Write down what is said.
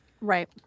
Right